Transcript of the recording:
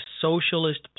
socialist